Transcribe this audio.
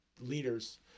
leaders